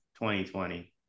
2020